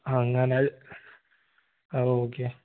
അങ്ങനെ അത് ഓക്കെ